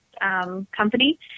company